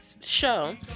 show